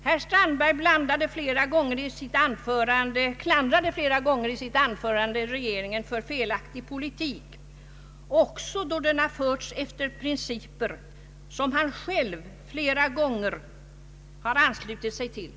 Herr Strandberg klandrade flera gånger i sitt anförande regeringen för felaktig politik också då den förts efter principer som han själv flera gånger har anslutit sig till.